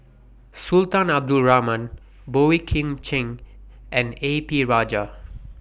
Sultan Abdul Rahman Boey Kim Cheng and A P Rajah